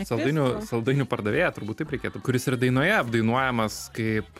saldainių saldainių pardavėją turbūt taip reikėtų kuris yra dainoje apdainuojamas kaip